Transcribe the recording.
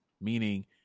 meaning